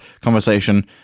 conversation